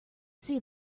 see